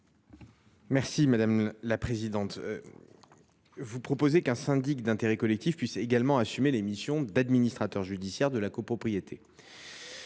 ? Madame la sénatrice, vous proposez qu’un syndic d’intérêt collectif puisse également assumer les missions d’administrateur judiciaire de la copropriété.